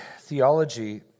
Theology